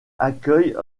accueille